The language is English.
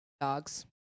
dogs